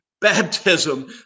baptism